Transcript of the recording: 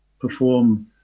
perform